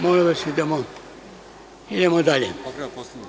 Molim vas, idemo dalje.